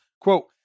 Quote